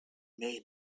made